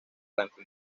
blanco